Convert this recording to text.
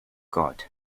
god